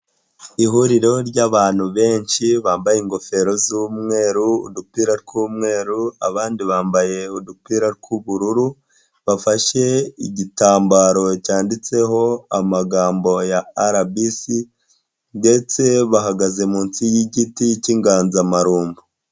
Ihuriro ry'abantu benshi bambaye ingofero z'umweru, udupira tw'umweru, abandi bambaye udupira tw'ubururu, bafashe igitambaro cyanditseho amagambo ya RBC ndetse bahagaze munsi y'igiti cy'inganzamarumbo.